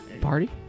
party